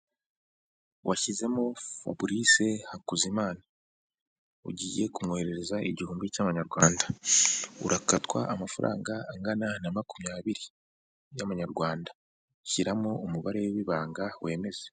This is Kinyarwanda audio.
Washyizemo Fabrice Hakuzimana, ugiye kumwohererereza igihumbi cy'abamanyarwanda urakatwa amafaranga angana na makumyabiri y'amanyarwanda shyiramo umubare w'ibanga wemeze.